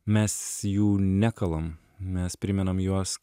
mes jų nekalam mes primenam juos